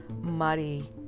muddy